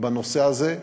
בנושא הזה.